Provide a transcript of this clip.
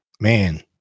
man